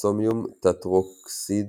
אוסמיום טטרוקסיד